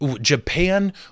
Japan